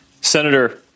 Senator